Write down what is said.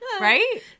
Right